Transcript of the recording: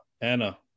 anna